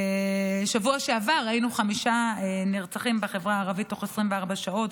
בשבוע שעבר היינו עם חמישה נרצחים בחברה הערבית תוך 24 שעות,